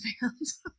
fans